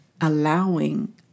allowing